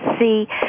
see